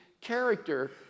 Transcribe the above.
character